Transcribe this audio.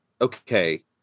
okay